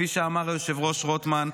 כפי שאמר היושב-ראש רוטמן,